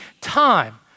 time